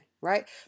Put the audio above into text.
right